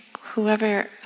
whoever